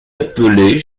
appelé